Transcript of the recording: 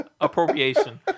appropriation